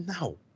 No